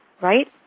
right